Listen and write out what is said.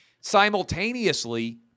Simultaneously